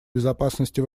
безопасности